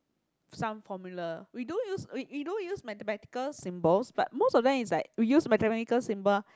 some formula we do use we we do use mathematical symbols but most of them is like we use mathematical symbol